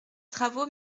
travaux